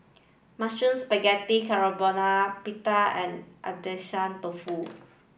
Mushroom Spaghetti Carbonara Pita and Agedashi Dofu